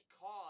cause